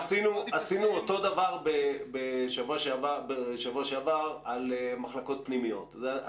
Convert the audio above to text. עשינו אותו דבר בשבוע שעבר על מחלקות פנימיות.